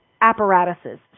apparatuses